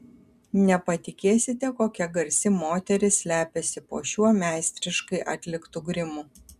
nepatikėsite kokia garsi moteris slepiasi po šiuo meistriškai atliktu grimu